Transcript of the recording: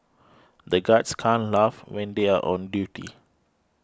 the guards can't laugh when they are on duty